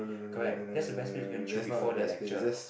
correct that's the best place to go and chill before the lecture